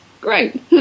Great